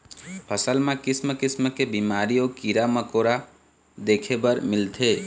फसल म किसम किसम के बिमारी अउ कीरा मकोरा देखे बर मिलथे